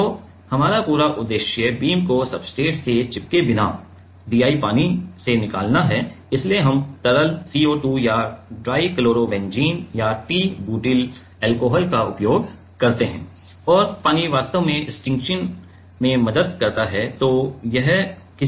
तो हमारा पूरा उद्देश्य बीम को सब्सट्रेट से चिपके बिना DI पानी निकालना है इसलिए हम तरल CO2 या डाइक्लोरोबेंजीन या t बुटील अलकोहल का उपयोग करते हैं और पानी वास्तव में स्टिचिंग में मदद करता है